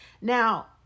Now